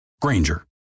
Granger